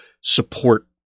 support